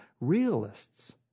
realists